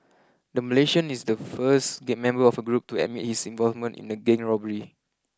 the Malaysian is the first the member of a group to admit his involvement in a gang robbery